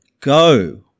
go